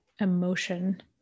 emotion